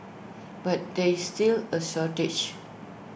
but there still A shortage